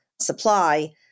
supply